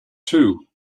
too